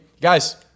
guys